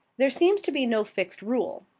there seems to be no fixed rule.